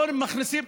לא מכניסים,